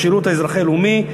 השירות האזרחי-לאומי,